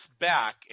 back